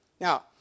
Now